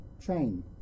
chain